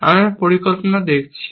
আমরা পরিকল্পনা দেখছি